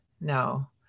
No